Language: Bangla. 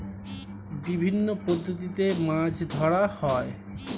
বিভিন্ন পদ্ধতিতে মাছ ধরা হয়